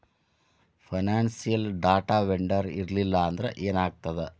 Financial data vendor ಇರ್ಲ್ಲಿಲ್ಲಾಂದ್ರ ಏನಾಗ್ತದ?